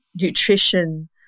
nutrition